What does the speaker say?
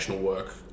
work